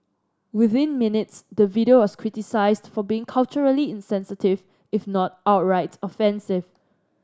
within minutes the video was criticised for being culturally insensitive if not outright offensive